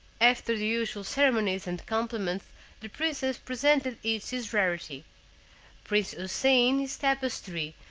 after the usual ceremonies and compliments the princes presented each his rarity prince houssain his tapestry,